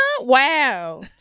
Wow